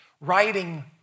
writing